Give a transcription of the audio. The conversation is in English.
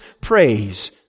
praise